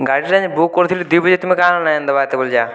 ଗାଡ଼ିରେ ବୁକ୍ କରିଥିଲି ତୁମେ ଦୁଇ ବଜେ ତୁମେ କାଣା ନାହିଁ ଆଣିଦେବା ଏତେବେଳେ ଯାଆଁ